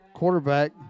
Quarterback